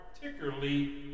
particularly